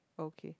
okay